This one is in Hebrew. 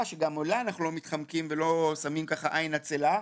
שגם ממנה אנחנו לא מתחמקים ולא שמים עין עצלה,